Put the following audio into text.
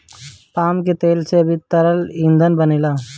palm के तेल से भी तरल ईंधन बनेला